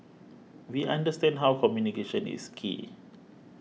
we understand how communication is key